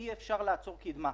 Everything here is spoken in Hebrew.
אי אפשר לעצור קדמה.